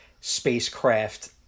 spacecraft